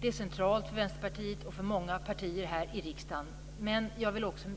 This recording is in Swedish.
Det är centralt för Vänsterpartiet och för många partier här i riksdagen. Men jag vill också